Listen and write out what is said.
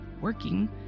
working